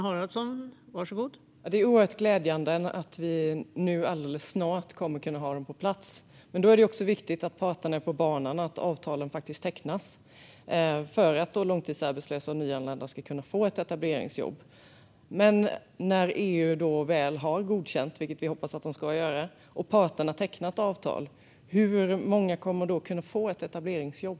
Fru talman! Det är oerhört glädjande att vi alldeles snart kommer att kunna ha detta på plats. Men då är det också viktigt att parterna är på banan och att avtalen faktiskt tecknas för att långtidsarbetslösa och nyanlända ska kunna få ett etableringsjobb. När EU väl har godkänt detta, vilket vi hoppas att de ska göra, och parterna har tecknat avtal - hur många kommer att kunna få ett etableringsjobb?